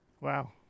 Wow